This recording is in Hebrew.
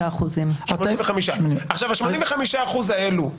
85%. ה-85% האלה,